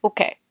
Okay